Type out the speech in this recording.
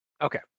Okay